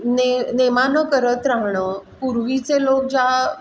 ने नेमानं करत राहणं पूर्वीचे लोक ज्या